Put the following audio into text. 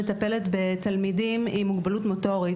מטפלת בתלמידים עם מוגבלות מוטורית.